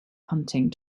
hunting